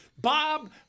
Bob